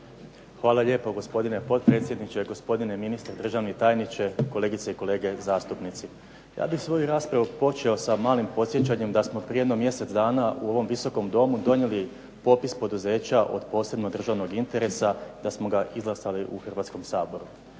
Hvala lijepo. Gospodine potpredsjedniče, gospodine ministre, državni tajniče, kolegice i kolege zastupnici. Ja bih svoju raspravu počeo sa malim podsjećanjem da smo prije jedno mjesec dana u ovom Visokom domu donijeli popis poduzeća od posebnog državnog interesa, da smo ga izglasali u Hrvatskom saboru.